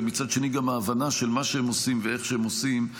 ומצד שני גם ההבנה של מה שהם עושים ואיך שהם עושים,